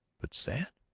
but sad?